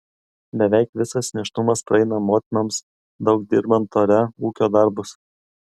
beveik visas nėštumas praeina motinoms daug dirbant ore ūkio darbus